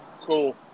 cool